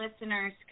listeners